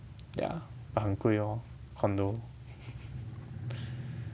yeah but 很贵 lor condo